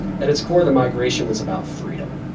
at its core, the migration was about freedom.